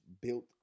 built